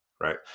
Right